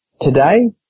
Today